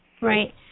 Right